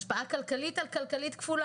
השפעה כלכלית כפולה.